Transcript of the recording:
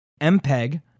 MPEG